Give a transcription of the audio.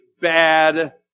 bad